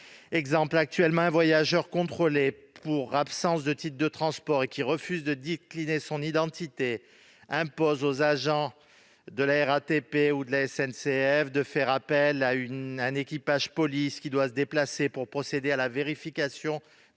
commun. Actuellement, un voyageur contrôlé pour absence de titre de transport qui refuse de décliner son identité impose aux agents de la RATP ou de la SNCF de faire appel à un équipage de police, qui doit se déplacer pour procéder à la vérification